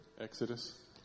Exodus